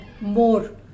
more